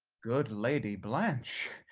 good lady blanche,